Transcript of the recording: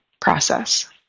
process